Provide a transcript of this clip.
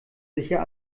sicher